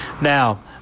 Now